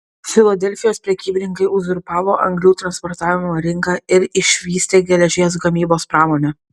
filadelfijos prekybininkai uzurpavo anglių transportavimo rinką ir išvystė geležies gamybos pramonę